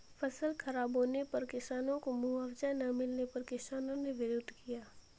फसल खराब होने पर किसानों को मुआवजा ना मिलने पर किसानों ने विरोध किया